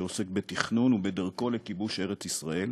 שעוסק בתכנון דרכו לכיבוש ארץ-ישראל,